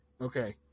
Okay